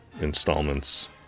installments